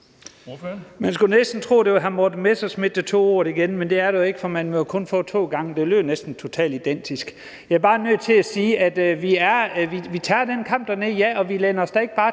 Man skulle næsten tro, at det var hr. Morten Messerschmidt, der tog ordet igen, men det er det jo ikke, for man må jo kun få ordet to gange. Det lød næsten totalt identisk. Jeg er bare nødt til at sige, at vi tager den kamp dernede. Vi læner os da ikke bare